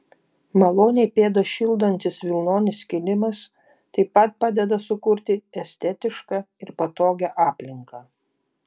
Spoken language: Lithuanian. maloniai pėdas šildantis vilnonis kilimas taip pat padeda sukurti estetišką ir patogią aplinką